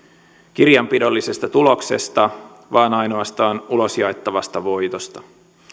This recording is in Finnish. kirjanpidollisesta tuloksesta vaan ainoastaan ulos jaettavasta voitosta